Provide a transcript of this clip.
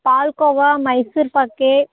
பால் கோவா மைசூர் பாக்கு